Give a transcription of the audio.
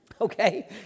Okay